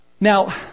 Now